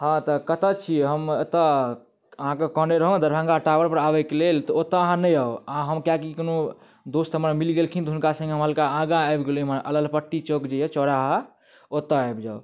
हँ तऽ कतऽ छी हम अत्तऽ अहाँके कहने रहउँ दरभङ्गा टावरपर आबैके लेल तऽ ओत्तऽ अहाँ नहि आउ हम किएकि कोनो दोस्त हमर मिल गेलखिन हुनका सङ्गे हल्का आगाँ आबि गेलहुँ एमहर अल्लपट्टी चौक जे अइ चौराहा ओत्तऽ आबि जाउ